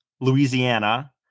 Louisiana